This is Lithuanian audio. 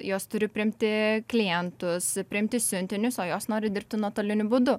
jos turi priimti klientus priimti siuntinius o jos nori dirbti nuotoliniu būdu